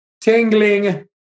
tingling